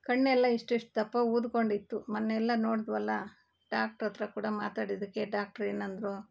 ಕಣ್ಣೆಲ್ಲ ಇಷ್ಟು ಇಷ್ಟು ದಪ್ಪ ಊದ್ಕೊಂಡಿತ್ತು ಮೊನ್ನೆ ಎಲ್ಲ ನೋಡಿದ್ವಲ್ಲ ಡಾಕ್ಟ್ರಹತ್ರ ಕೂಡ ಮಾತಾಡಿದಕ್ಕೆ ಡಾಕ್ಟ್ರು ಏನಂದರು